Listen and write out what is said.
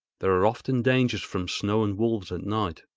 there are often dangers from snow and wolves and night.